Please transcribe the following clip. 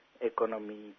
economy